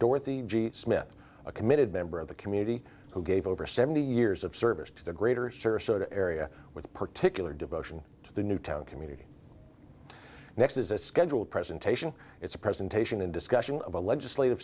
dorothy smith a committed member of the community who gave over seventy years of service to the greater service area with particular devotion to the newtown community next is a scheduled presentation it's a presentation and discussion of a legislative